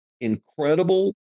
incredible